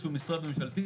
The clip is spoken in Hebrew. איזשהו משרד ממשלתי,